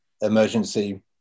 emergency